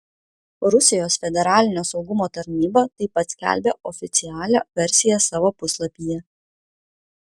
rusijos federalinio saugumo tarnyba taip pat skelbia oficialią versiją savo puslapyje